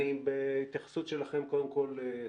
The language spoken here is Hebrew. התייחסות שלכם קודם כל,